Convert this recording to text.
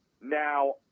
Now